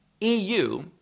EU